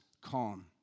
calm